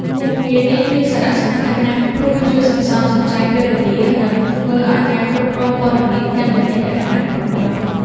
មុខងារនេះមានសារៈសំខាន់ណាស់ព្រោះវា ជួយសន្សំសំចៃពេលវេលា និងធ្វើឲ្យការគ្រប់គ្រងព័ត៌មានកាន់តែមានលក្ខណៈប្រព័ន្ធ។